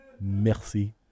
Merci